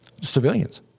civilians